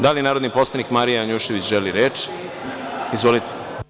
Da li narodni poslanik Marija Janjušević želi reč? (Da.) Izvolite.